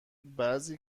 بعضی